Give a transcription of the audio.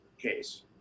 case